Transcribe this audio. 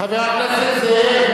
חבר הכנסת זאב.